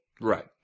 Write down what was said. Right